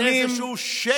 זה איזשהו שקר.